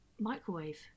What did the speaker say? microwave